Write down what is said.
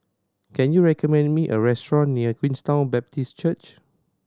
can you recommend me a restaurant near Queenstown Baptist Church